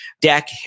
deck